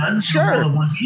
Sure